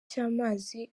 cy’amazi